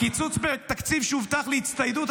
צריך להביא יותר, אבל אין קיצוץ.